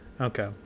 Okay